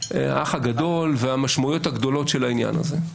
האח הגדול והמשמעויות הגדולות של העניין הזה.